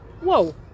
whoa